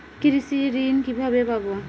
কৃষি ঋন কিভাবে পাব?